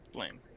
Blame